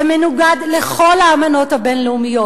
זה מנוגד לכל האמנות הבין-לאומיות.